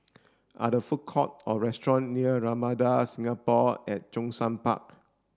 are there food court or restaurant near Ramada Singapore at Zhongshan Park